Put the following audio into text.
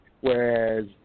Whereas